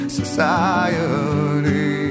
society